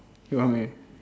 you how many